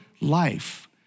life